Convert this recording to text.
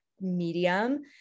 medium